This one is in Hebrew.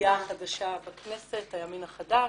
הסיעה החדשה בכנסת, הימין החדש.